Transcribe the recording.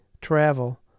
travel